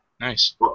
nice